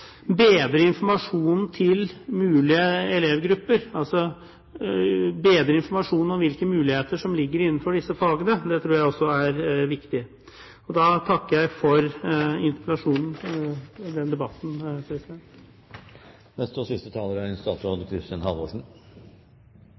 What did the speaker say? bedre informasjonen til mulige elevgrupper, altså å bedre informasjonen om hvilke muligheter som ligger innenfor disse fagene. Da takker jeg for svar på interpellasjonen og for denne debatten. Jeg takker for en engasjert debatt, som viser at det er